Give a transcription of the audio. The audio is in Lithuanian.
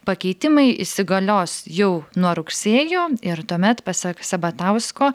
pakeitimai įsigalios jau nuo rugsėjo ir tuomet pasak sabatausko